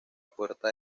puerta